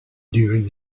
during